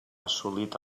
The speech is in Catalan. assolit